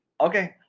Okay